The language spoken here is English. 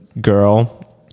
girl